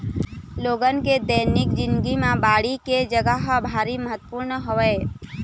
लोगन के दैनिक जिनगी म बाड़ी के जघा ह भारी महत्वपूर्न हवय